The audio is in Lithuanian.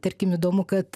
tarkim įdomu kad